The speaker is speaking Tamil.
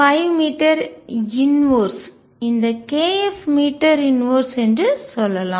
5 மீட்டர் இன்வெர்ஸ் தலைகீழ் இந்த kF மீட்டர் இன்வெர்ஸ் தலைகீழ் என்று சொல்லலாம்